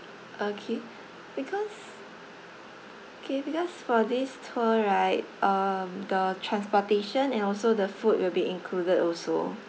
okay because K because for this tour right um the transportation and also the food will be included also